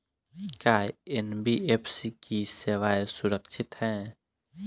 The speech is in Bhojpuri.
का एन.बी.एफ.सी की सेवायें सुरक्षित है?